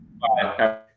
Bye